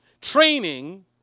Training